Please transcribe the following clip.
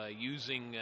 using